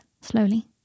slowly